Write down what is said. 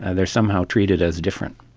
and they are somehow treated as different.